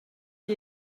qui